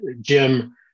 Jim